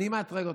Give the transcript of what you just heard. אני מאתרג אותו.